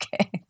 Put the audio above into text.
okay